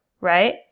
right